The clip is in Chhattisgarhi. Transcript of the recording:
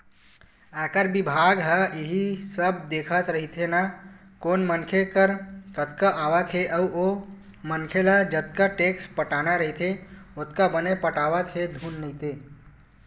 आयकर बिभाग ह इही सब देखत रहिथे ना कोन मनखे कर कतका आवक हे अउ ओ मनखे ल जतका टेक्स पटाना रहिथे ओतका बने पटावत हे धुन नइ ते